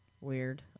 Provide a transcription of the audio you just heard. weird